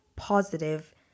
Positive